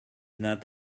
not